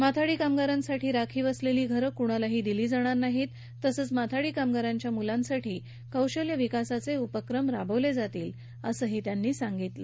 माथाडी कामगारांसाठी राखीव असलेली घरं कुणालाही दिली जाणार नाहीत तसंच माथाडी कामगारांच्या मुलांसाठी कौशल्य विकासाचे उपक्रम राबवले जातील अशी माहिती निलंगेकर यांनी दिली